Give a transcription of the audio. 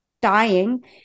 dying